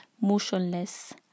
motionless